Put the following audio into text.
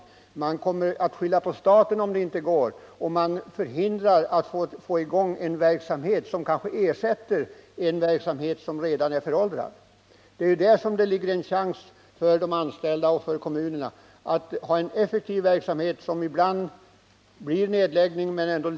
och man kommer att skylla på staten om det inte går att lösa sysselsättningsproblemen. Det skapar svårigheter för företaget att få i gång en verksamhet som ersätter en redan föråldrad verksamhet. Där har de anställda och kommunerna en chans att få till stånd en effektiv verksamhet. som kanske till viss del elsättning.